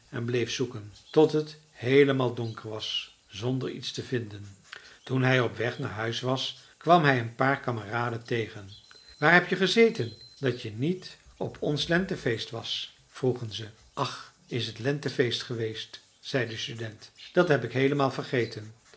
en bleef zoeken tot het heelemaal donker was zonder iets te vinden toen hij op weg naar huis was kwam hij een paar kameraden tegen waar heb jij gezeten dat je niet op ons lentefeest was vroegen ze ach is het lentefeest geweest zei de student dat heb ik heelemaal vergeten